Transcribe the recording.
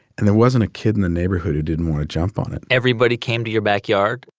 and there wasn't a kid in the neighborhood who didn't want to jump on it everybody came to your backyard?